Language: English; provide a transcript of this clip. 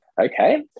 Okay